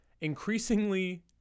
increasingly